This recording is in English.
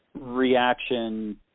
reaction